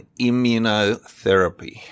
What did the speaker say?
immunotherapy